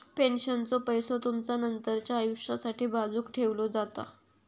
पेन्शनचो पैसो तुमचा नंतरच्या आयुष्यासाठी बाजूक ठेवलो जाता